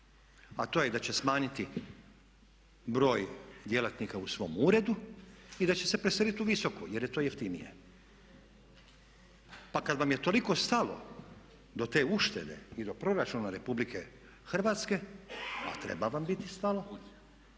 a to je da će smanjiti broj djelatnika u svom uredu i da će se preseliti u Visoku jer je to jeftinije. Pa kad vam je toliko stalo do te uštede i do Proračuna Republike Hrvatske, a treba vam biti stalo,